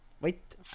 Wait